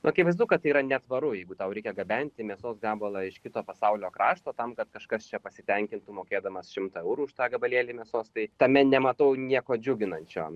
akivaizdu kad tai yra netvaru jeigu tau reikia gabenti mėsos gabalą iš kito pasaulio krašto tam kad kažkas čia pasitenkintų mokėdamas šimtą eurų už tą gabalėlį mėsos tai tame nematau nieko džiuginančio